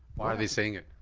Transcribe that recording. why are they saying it?